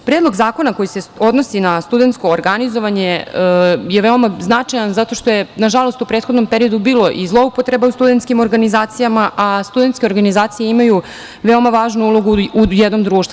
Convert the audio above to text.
Predlog zakona koji se odnosi na studentsko organizovanje je veoma značajan zato što je, nažalost, u prethodnom periodu bilo i zloupotreba u studentskim organizacijama, a studentske organizacije imaju veoma važnu ulogu u jednom društvu.